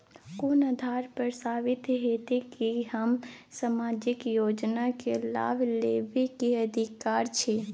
कोन आधार पर साबित हेते की हम सामाजिक योजना के लाभ लेबे के अधिकारी छिये?